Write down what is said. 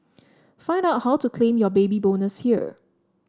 find out how to claim your Baby Bonus here